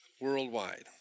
worldwide